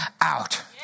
out